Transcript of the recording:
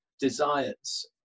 desires